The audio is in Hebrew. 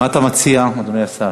מה אתה מציע, אדוני השר?